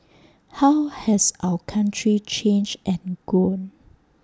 how has our country changed and grown